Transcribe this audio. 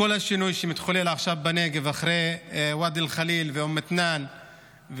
כל השינוי שמתחולל עכשיו בנגב אחרי ואדי אל-ח'ליל ואום מת'נאן,